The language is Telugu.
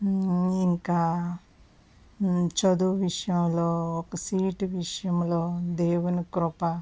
ఇంకా చదువు విషయంలో ఒక సీటు విషయంలో దేవుని కృప